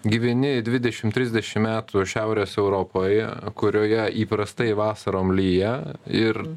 gyveni dvidešim trisdešim metų šiaurės europoje kurioje įprastai vasarom lyja ir